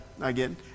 again